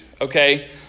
Okay